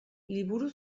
liburu